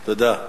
תודה.